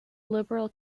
liberal